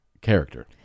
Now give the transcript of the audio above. character